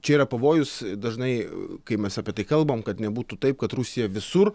čia yra pavojus dažnai kai mes apie tai kalbam kad nebūtų taip kad rusija visur